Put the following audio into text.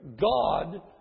God